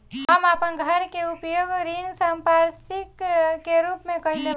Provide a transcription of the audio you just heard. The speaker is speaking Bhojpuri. हम आपन घर के उपयोग ऋण संपार्श्विक के रूप में कइले बानी